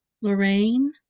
Lorraine